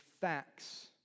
facts